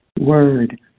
word